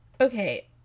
Okay